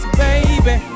baby